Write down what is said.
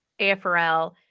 AFRL